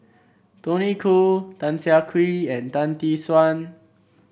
Tony Khoo Tan Siah Kwee and Tan Tee Suan